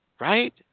right